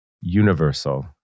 universal